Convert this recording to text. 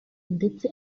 ndetse